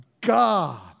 God